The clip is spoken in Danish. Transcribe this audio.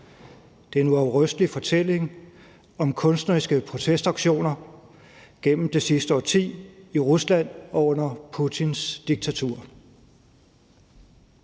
Det er en uafrystelig fortælling om kunstneriske protestaktioner gennem det sidste årti i Rusland og under Putins diktatur.